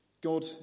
God